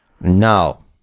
No